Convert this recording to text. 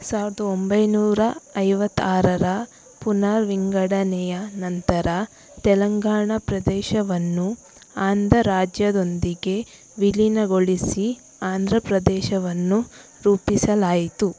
ಸಾವ್ರದ ಒಂಬೈನೂರ ಐವತ್ತು ಆರರ ಪುನರ್ವಿಂಗಡಣೆಯ ನಂತರ ತೆಲಂಗಾಣ ಪ್ರದೇಶವನ್ನು ಆಂಧ್ರ ರಾಜ್ಯದೊಂದಿಗೆ ವಿಲೀನಗೊಳಿಸಿ ಆಂಧ್ರ ಪ್ರದೇಶವನ್ನು ರೂಪಿಸಲಾಯಿತು